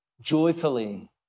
joyfully